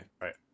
Right